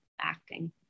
acting